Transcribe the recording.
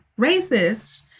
racist